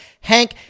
Hank